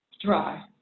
Dry